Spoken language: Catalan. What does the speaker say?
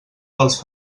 dels